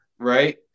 Right